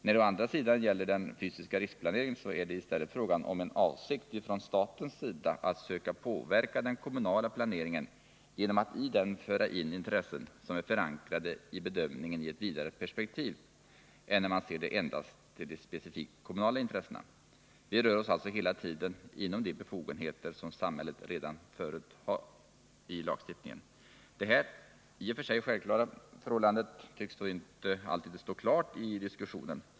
När det å andra sidan gäller den fysiska riksplaneringen är det i stället fråga om en avsikt från statens sida att söka påverka den kommunala planeringen genom att den föra in intressen som är förankrade i bedömningen i ett vidare perspektiv än när man ser till endast de specifikt kommunala intressena. Vi rör oss alltså hela tiden inom de befogenheter som samhället har redan förut i lagstiftningen. Det här — i och för sig självklara — förhållandet tycks dock inte alltid stå klart i debatten.